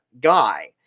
guy